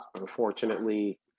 Unfortunately